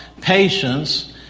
patience